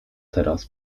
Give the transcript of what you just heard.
teraz